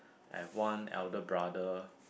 and one elder brother